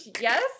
yes